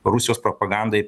rusijos propagandai